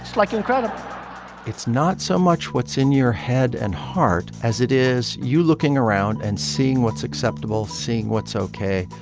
like, incredible it's not so much what's in your head and heart as it is you looking around and seeing what's acceptable, seeing what's ok,